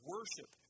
Worship